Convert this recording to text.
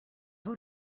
out